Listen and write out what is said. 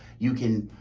you can,